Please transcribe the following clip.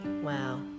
Wow